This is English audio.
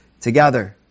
together